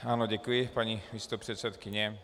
Ano, děkuji, paní místopředsedkyně.